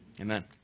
Amen